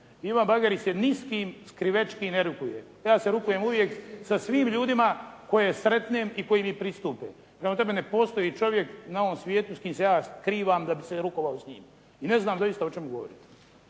Ivan Bagarić se ni s kim skrivečki ne rukuje. Ja se rukujem uvijek sa svim ljudima koje sretnem i koji mi pristupe. Prema tome, ne postoji čovjek na ovom svijetu s kim se ja skrivam da bi se rukovao s njim i ne znam doista o čemu govorite.